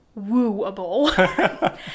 wooable